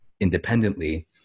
independently